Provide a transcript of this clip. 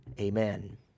Amen